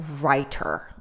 writer